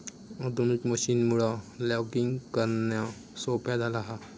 आधुनिक मशीनमुळा लॉगिंग करणा सोप्या झाला हा